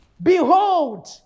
Behold